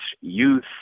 youth